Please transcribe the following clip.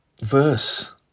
verse